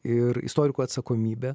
ir istorikų atsakomybė